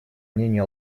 мнению